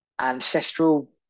ancestral